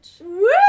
Woo